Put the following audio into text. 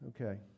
Okay